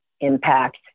impact